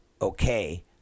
okay